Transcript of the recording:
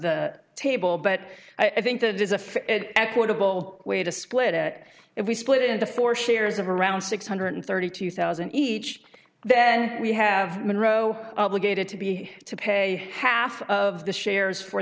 the table but i think that is a fair and equitable way to split it if we split it into four shares of around six hundred thirty two thousand each then we have monroe obligated to be to pay half of the shares for